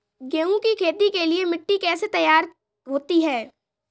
गेहूँ की खेती के लिए मिट्टी कैसे तैयार होती है?